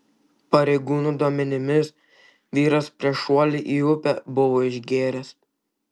pareigūnų duomenimis vyras prieš šuolį į upę buvo išgėręs